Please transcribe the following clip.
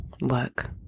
Look